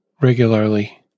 regularly